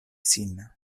sin